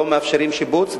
לא מאפשרים שיפוץ,